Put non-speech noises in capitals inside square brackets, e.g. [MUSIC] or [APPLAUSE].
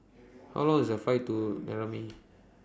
How Long IS The Flight to Niamey [NOISE]